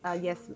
Yes